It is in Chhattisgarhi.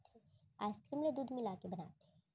आइसकीरिम ल दूद मिलाके बनाथे